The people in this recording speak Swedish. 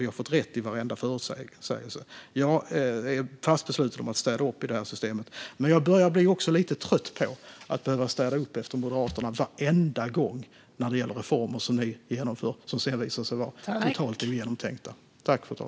Vi har fått rätt i varenda förutsägelse. Jag är fast besluten om att städa upp i det här systemet. Men jag börjar bli lite trött på att behöva städa upp efter Moderaterna varenda gång när det gäller reformer som de har genomfört och som sedan har visat sig vara totalt ogenomtänkta.